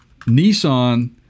Nissan –